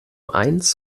eins